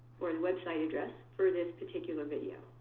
or the website address, for this particular video.